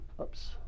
oops